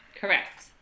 Correct